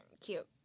cute